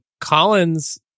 Collins